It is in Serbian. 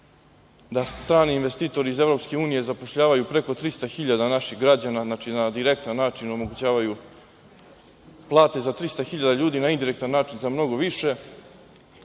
da strani investitori iz EU zapošljavaju preko 300.000 naših građana. Znači, na direktan način omogućavaju plate za 300.000 ljudi, a na indirektan način za mnogo više